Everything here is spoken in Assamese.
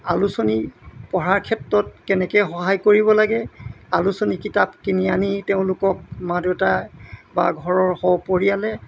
আলোচনী পঢ়াৰ ক্ষেত্ৰত কেনেকৈ সহায় কৰিব লাগে আলোচনী কিতাপ কিনি আনি তেওঁলোকক মা দেউতা বা ঘৰৰ সপৰিয়ালে